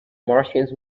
martians